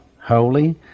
holy